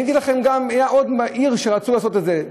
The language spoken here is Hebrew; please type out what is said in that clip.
הייתה עוד עיר שרצו שם לעשות את זה,